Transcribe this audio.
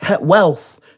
wealth